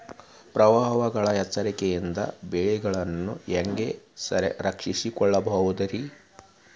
ಪ್ರವಾಹಗಳ ಎಚ್ಚರಿಕೆಯಿಂದ ಬೆಳೆಗಳನ್ನ ಹ್ಯಾಂಗ ರಕ್ಷಿಸಿಕೊಳ್ಳಬಹುದುರೇ?